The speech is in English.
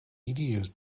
videos